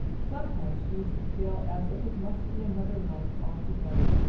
sometimes she used to feel as if it must be another life altogether,